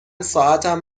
ساعتم